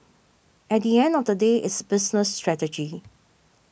at the end of the day it's business strategy